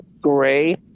gray